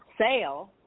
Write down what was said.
sale